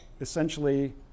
Essentially